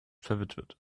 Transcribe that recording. verwitwet